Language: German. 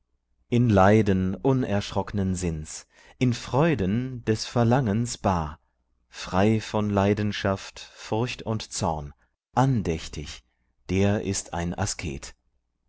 in leiden unerschrocknen sinns in freuden des verlangens bar frei von leidenschaft furcht und zorn andächtig der ist ein asket